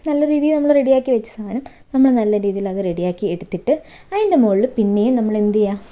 നല്ല രീതിയിൽ നമ്മൾ റെഡി ആക്കി വെച്ച സാധനം നമ്മൾ നല്ല രീതിയിൽ അത് റെഡി ആക്കി എടുത്തിട്ട് അതിന്റെ മുകളിൽ പിന്നെയും നമ്മൾ എന്ത് ചെയ്യുക